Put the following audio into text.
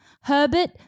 Herbert